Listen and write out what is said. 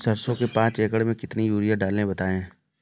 सरसो के पाँच एकड़ में कितनी यूरिया डालें बताएं?